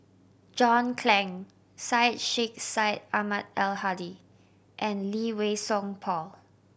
John Clang Syed Sheikh Syed Ahmad Al Hadi and Lee Wei Song Paul